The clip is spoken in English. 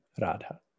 Radha